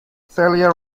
celia